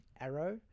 Arrow